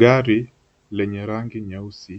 Gari lenye rangi nyeusi